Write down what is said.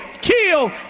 kill